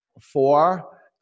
four